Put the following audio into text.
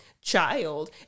child